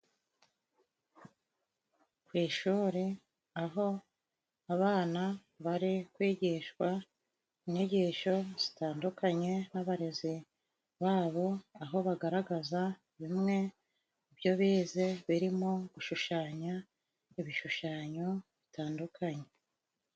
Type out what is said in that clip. Ku ishuri aho abana bari kwigishwa inyigisho zitandukanye n'abarezi babo, aho bagaragaza bimwe byo bize, birimo gushushanya ibishushanyo bitandukanye.